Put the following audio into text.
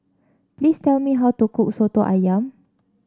please tell me how to cook soto ayam